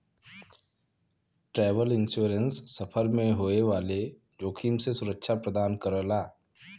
travel insurance सफर में होए वाले जोखिम से सुरक्षा प्रदान करला